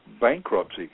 bankruptcy